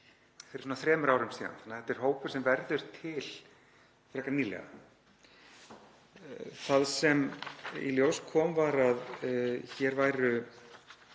fyrir þremur árum síðan, þannig þetta er hópur sem varð til frekar nýlega. Það sem í ljós kom var að hér voru